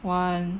one